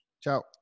ciao